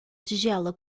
tigela